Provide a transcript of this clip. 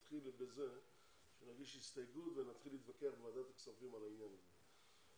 נתחיל בזה שנגיש הסתייגות ונתחיל להתווכח בוועדת הכספים על העניין הזה.